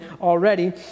already